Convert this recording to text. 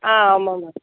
ஆ ஆமாம் மேம்